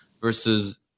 versus